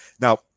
Now